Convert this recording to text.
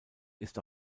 ist